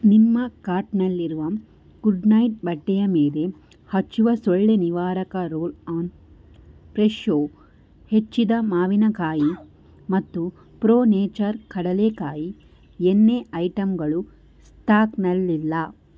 ನಿಮ್ಮ ಕಾರ್ಟ್ನಲ್ಲಿರುವ ಗುಡ್ನೈಟ್ ಬಟ್ಟೆಯ ಮೇಲೆ ಹಚ್ಚುವ ಸೊಳ್ಳೆ ನಿವಾರಕ ರೋಲ್ ಆನ್ ಫ್ರೆಶೋ ಹೆಚ್ಚಿದ ಮಾವಿನಕಾಯಿ ಮತ್ತು ಪ್ರೋ ನೇಚರ್ ಕಡಲೇಕಾಯಿ ಎಣ್ಣೆ ಐಟಂಗಳು ಸ್ಟಾಕ್ನಲ್ಲಿಲ್ಲ